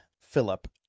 Philip